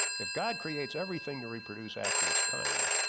if god creates everything to reproduce after its kind